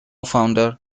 founder